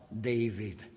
David